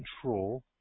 control